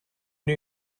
new